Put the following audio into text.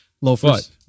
Loafers